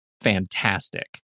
fantastic